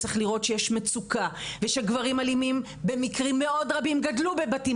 וצריך לראות שיש מצוקה ושגברים אלימים במקרים מאוד רבים גדלו בבתים